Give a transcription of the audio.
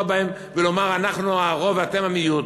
בהם ולומר: אנחנו הרוב ואתם המיעוט.